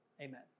amen